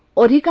or